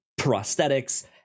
prosthetics